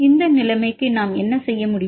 இந்த நிலைமைக்கு நாம் என்ன செய்ய முடியும்